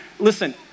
Listen